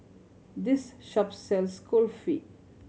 this shop sells Kulfi